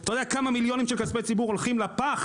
אתה יודע כמה מיליונים של כספי ציבור הולכים לפח?